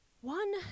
one